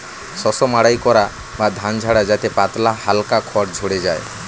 শস্য মাড়াই করা বা ধান ঝাড়া যাতে পাতলা হালকা খড় ঝড়ে যায়